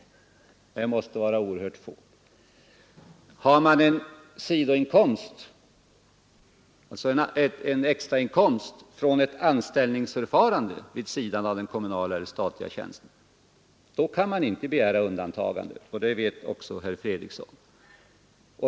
De måste vara ytterst fåtaliga. Har man en extrainkomst från ett anställningsförhållande vid sidan av den statliga eller kommunala tjänsten kan man inte begära undantagande. Det vet också herr Fredriksson.